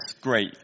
great